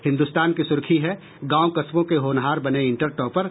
हिन्दुस्तान की सुर्खी है गांव कस्बों के होनहार बने इंटर टॉपर